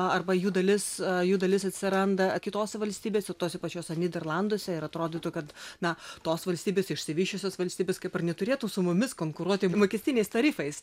arba jų dalis jų dalis atsiranda kitose valstybėse tuose pačiuose nyderlanduose ir atrodytų kad na tos valstybės išsivysčiusios valstybės kaip ir neturėtų su mumis konkuruoti mokestiniais tarifais